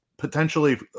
Potentially